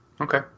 okay